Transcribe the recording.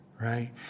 right